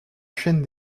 chaîne